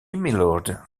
mylord